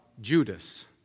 Judas